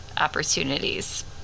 opportunities